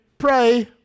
Pray